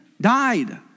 died